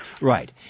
Right